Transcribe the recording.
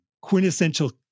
quintessential